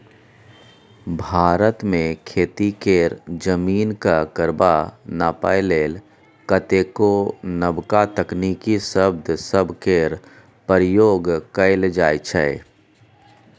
भारत मे खेती केर जमीनक रकबा नापइ लेल कतेको नबका तकनीकी शब्द सब केर प्रयोग कएल जाइ छै